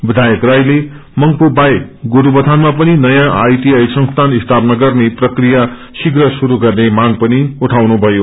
विषायक राईले मंग्पू बाहेक गोस्वयानमा पनि नयाँ आईटिआई संसीन स्थपना गर्ने प्रक्रिया शीव्र श्रुरू गर्ने मांग पनि उठाउनुषयो